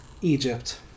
Egypt